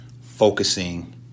focusing